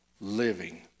living